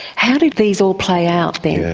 how did these all play out then?